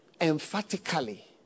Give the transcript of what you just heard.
emphatically